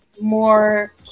more